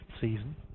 season